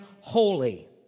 holy